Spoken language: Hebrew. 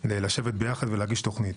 לשבת יחד ולהגיש תוכנית.